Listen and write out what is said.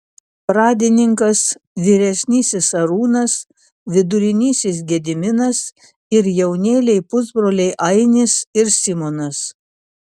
pradininkas vyresnysis arūnas vidurinysis gediminas ir jaunėliai pusbroliai ainis ir simonas